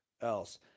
else